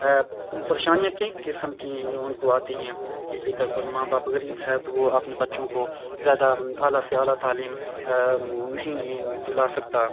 پریشانیاں کئی قسم کی ان کو آتی ہیں کسی کا کوئی ماں باپ غریب ہے تو وہ اپنے بچوں کو زیادہ اعلیٰ سے اعلیٰ تعلیم نہیں دلا سکتا